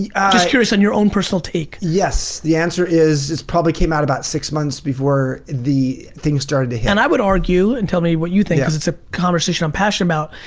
just curious on your own personal take. yes, the answer is, this probably came out about six months before the things started to hit. and i would argue, and tell me what you think, cause it's a conversation on passion about,